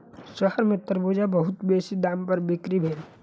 शहर में तरबूज बहुत बेसी दाम पर बिक्री भेल